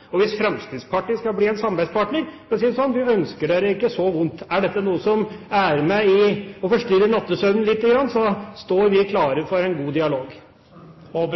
2005. Hvis Fremskrittspartiet skal bli en samarbeidspartner – for å si det sånn: Vi ønsker dere ikke så vondt. Er dette noe som er med og forstyrrer nattesøvnen lite grann, står vi klare til en god dialog. I